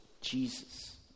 Jesus